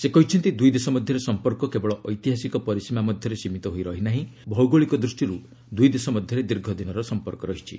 ସେ କହିଛନ୍ତି ଦୁଇ ଦେଶ ମଧ୍ୟରେ ସମ୍ପର୍କ କେବଳ ଐତିହାସିକ ପରିସୀମା ମଧ୍ୟରେ ସୀମିତ ହୋଇ ରହିନାହିଁ ଭୌଗଳିକ ଦୃଷ୍ଟିରୁ ଦୁଇ ଦେଶ ମଧ୍ୟରେ ଦୀର୍ଘ ଦିନର ସମ୍ପର୍କ ରହିଛି